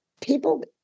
people